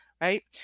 right